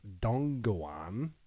Dongguan